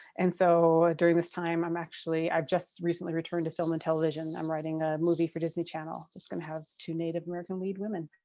and so during this time i'm actually, i've just recently returned to film and television. i'm writing a movie for disney channel that's gonna have two native american lead women.